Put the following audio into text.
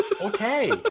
Okay